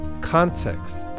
context